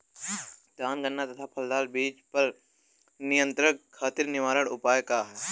धान गन्ना तथा फलदार फसल पर कीट नियंत्रण खातीर निवारण उपाय का ह?